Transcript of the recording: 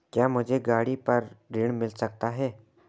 क्या मुझे गाड़ी पर ऋण मिल सकता है?